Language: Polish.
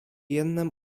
jednem